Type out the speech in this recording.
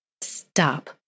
stop